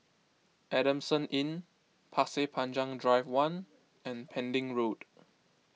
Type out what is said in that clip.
Adamson Inn Pasir Panjang Drive one and Pending Road